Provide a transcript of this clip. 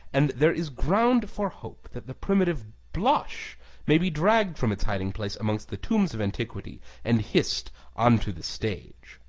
and there is ground for hope that the primitive blush may be dragged from its hiding-place amongst the tombs of antiquity and hissed on to the stage.